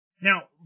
Now